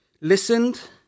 listened